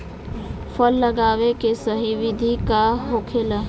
फल लगावे के सही विधि का होखेला?